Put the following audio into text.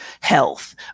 health